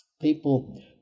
people